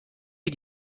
wir